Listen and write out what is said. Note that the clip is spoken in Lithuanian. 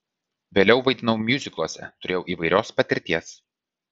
vėliau vaidinau miuzikluose turėjau įvairios patirties